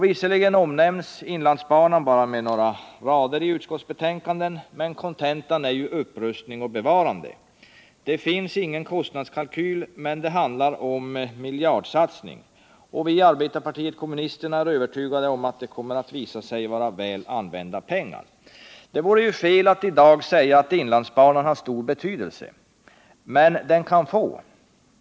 Visserligen omnämns inlandsbanan bara med några rader i utskottsbetänkandet, men kontentan är upprustning och bevarande. Det finns ingen kostnadskalkyl, men det handlar om en miljardsatsning. Vi i arbetarpartiet kommunisterna är övertygade om att detta kommer att visa sig vara väl använda pengar. Det vore fel att i dag säga att inlandsbanan har stor betydelse —-men den kan få.